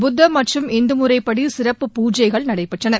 புத்த மற்றும் இந்து முறைப்படி சிறப்பு பூஜைகள் நடைபெற்றன